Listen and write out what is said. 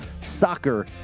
soccer